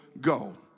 go